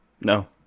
No